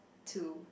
two